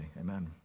Amen